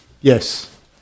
yes